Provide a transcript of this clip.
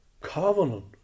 covenant